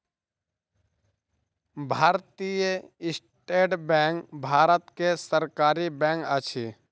भारतीय state bank Bharat के सरकारी बैंक अछि